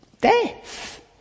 Death